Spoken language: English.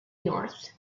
north